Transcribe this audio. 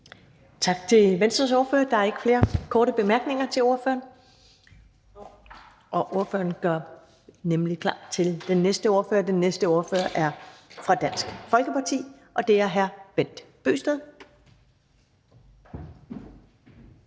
Tak til Venstres ordfører. Der er ikke flere korte bemærkninger til ordføreren. Og ordføreren gør klar til næste ordfører, som er fra Dansk Folkeparti, og det er hr. Bent Bøgsted.